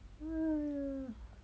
!aiya!